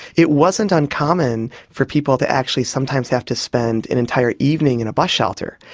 it wasn't uncommon for people to actually sometimes have to spend an entire evening in a bus shelter.